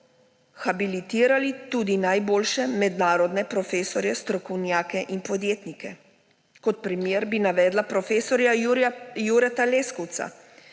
habilitirali tudi najboljše mednarodne profesorje, strokovnjake in podjetnike. Kot primer bi navedla prof. Jureta Leskovca,